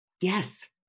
Yes